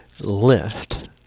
lift